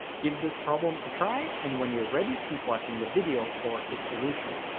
give this problem a try and when you're ready keep watching the video for a solution